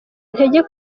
intege